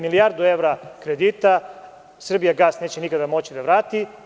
Milijardu evra kredita „Srbijagas“ neće nikada moći da vrati.